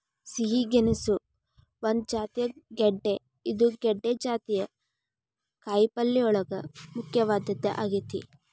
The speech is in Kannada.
ಸಿಹಿ ಗೆಣಸು ಒಂದ ಜಾತಿಯ ಗೆಡ್ದೆ ಇದು ಗೆಡ್ದೆ ಜಾತಿಯ ಕಾಯಪಲ್ಲೆಯೋಳಗ ಮುಖ್ಯವಾದದ್ದ ಆಗೇತಿ